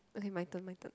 okay my turn my turn